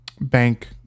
bank